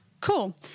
Cool